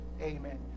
amen